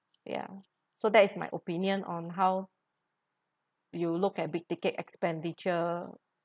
ya so that is my opinion on how you look at big ticket expenditure